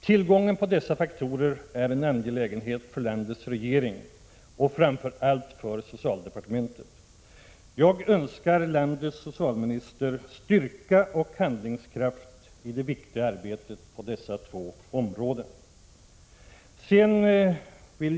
Tillgången på dessa faktorer är en angelägenhet för landets regering och framför allt för socialdepartementet. Jag önskar landets socialminister styrka och handlingskraft i det viktiga arbetet på dessa två områden.